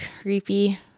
creepy